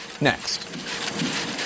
next